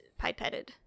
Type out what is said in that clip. pipetted